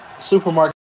supermarket